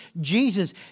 Jesus